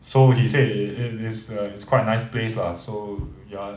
so he said it is err it's quite nice place lah so ya